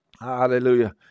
Hallelujah